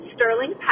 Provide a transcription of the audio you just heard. Sterling